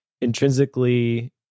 intrinsically